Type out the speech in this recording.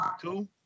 two